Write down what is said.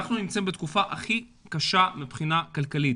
אנחנו נמצאים בתקופה הכי קשה מבחינה כלכלית.